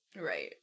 Right